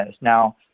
Now